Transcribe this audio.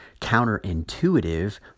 counterintuitive